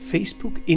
Facebook